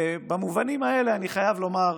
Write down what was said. ובמובנים האלה, אני חייב לומר,